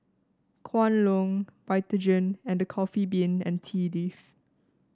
Kwan Loong Vitagen and The Coffee Bean and Tea Leaf